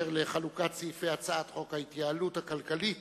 לחלוקת סעיפי הצעת חוק ההתייעלות הכלכלית